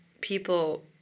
people